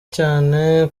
cyane